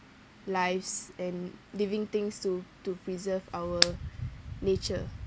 lives and living things to to preserve our nature